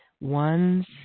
ones